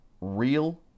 real